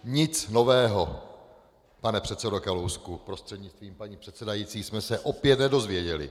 Nic nového, pane předsedo Kalousku prostřednictvím paní předsedající, jsme se opět nedozvěděli.